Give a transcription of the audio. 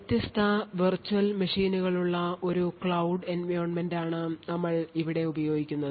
വ്യത്യസ്ത വെർച്വൽ മെഷീനുകളുള്ള ഒരു ക്ലൌഡ് എൻവയോൺമെന്റാണ് ഞങ്ങൾ ഇവിടെ ഉപയോഗിക്കുന്നത്